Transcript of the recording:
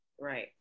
right